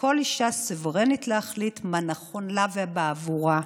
שכל אישה סוברנית להחליט מה נכון לה ובעבורה.